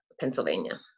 Pennsylvania